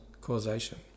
causation